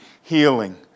healing